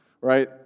right